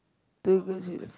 two goats with a